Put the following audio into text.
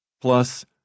Plus